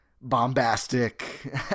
bombastic